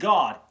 God